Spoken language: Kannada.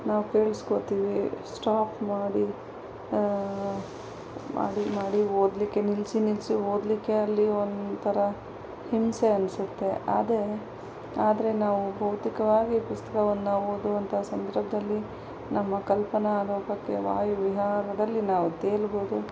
ನಾವು ಕೇಳ್ಸ್ಕೊತೀವಿ ಸ್ಟಾಪ್ ಮಾಡಿ ಮಾಡಿ ಮಾಡಿ ಓದಲಿಕ್ಕೆ ನಿಲ್ಲಿಸಿ ನಿಲ್ಲಿಸಿ ಓದಲಿಕ್ಕೆ ಅಲ್ಲಿ ಒಂಥರ ಹಿಂಸೆ ಅನಿಸತ್ತೆ ಆದ್ರೆ ಆದರೆ ನಾವು ಭೌತಿಕವಾಗಿ ಪುಸ್ತಕವನ್ನ ಓದುವಂತಹ ಸಂದರ್ಭದಲ್ಲಿ ನಮ್ಮ ಕಲ್ಪನಾ ಲೋಕಕ್ಕೆ ವಾಯುವಿಹಾರದಲ್ಲಿ ನಾವು ತೇಲ್ಬೋದು